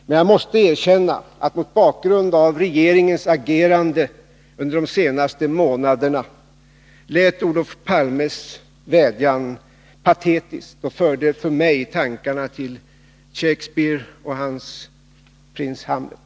Men jag måste erkänna att mot bakgrund av regeringens agerande under de senaste månaderna lät Olof Palmes vädjan patetisk och förde för mig tankarna till Shakespeare och hans Prins Hamlet.